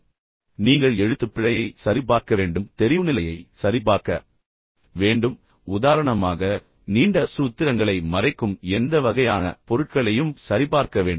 ஒவ்வொரு ஸ்லைடிலும் நீங்கள் எழுத்துப்பிழையை சரிபார்க்க வேண்டும் நீண்ட தூரத்திலிருந்து தெரிவுநிலையை சரிபார்க்க வேண்டும் உதாரணமாக நீண்ட சூத்திரங்களை மறைக்கும் எந்த வகையான பொருட்களையும் சரிபார்க்க வேண்டும்